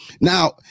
Now